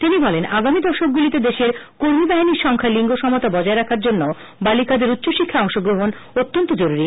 তিনি বলেন আগামী দশকগুলিতে দেশের কর্মীবাহিনীর সংখ্যায় লিঙ্গ সমতা বজায় রাখার জন্য বালিকাদের উষ্চশিক্ষায় অংশগ্রহণ অত্যন্ত অরুরি